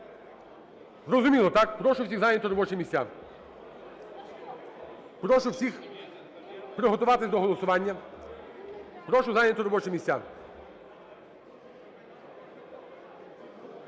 Прошу всіх зайняти робочі місця. Прошу всіх приготуватись до голосування. Прошу зайняти робочі місця.